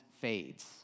fades